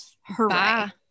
Hooray